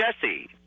Jesse